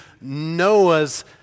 Noah's